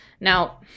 Now